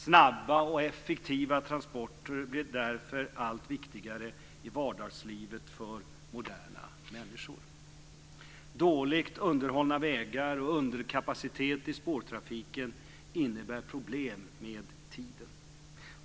Snabba och effektiva transporter blir därför allt viktigare i vardagslivet för moderna människor. Dåligt underhållna vägar och underkapacitet i spårtrafiken innebär problem med tiden.